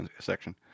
section